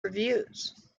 reviews